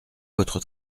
votre